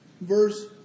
verse